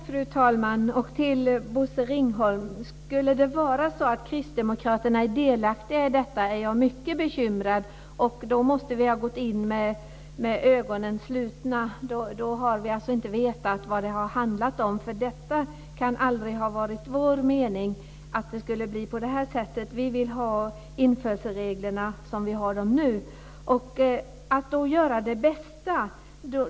Fru talman! Jag är mycket bekymrad om det skulle vara så att Kristdemokraterna är delaktiga i detta. Då måste vi ha gått in i detta med ögonen slutna. Då har vi inte vetat vad det har handlat om. Det kan aldrig ha varit vår mening att det skulle bli på det här sättet. Vi vill ha samma införselregler som vi har nu. Finansministern säger att vi ska göra det bästa av det.